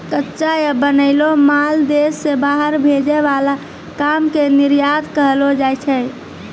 कच्चा या बनैलो माल देश से बाहर भेजे वाला काम के निर्यात कहलो जाय छै